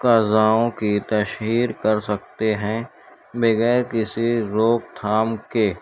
قضاؤں کی تشیہر کر سکتے ہیں بغیر کسی روک تھام کے